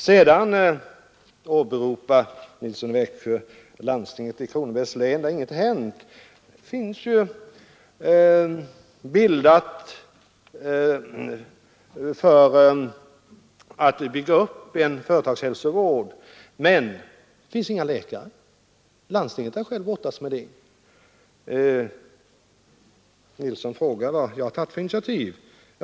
Sedan åberopar herr Nilsson i Växjö att i landstinget i Kronobergs län har ingenting hänt i fråga om företagshälsovården. Man har gjort förberedelser för att bygga upp en företagshälsovård, men det finns inga läkare. Landstinget har självt brottats med det problemet. Herr Nilsson frågar också vad jag har tagit för initiativ.